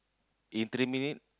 in three minute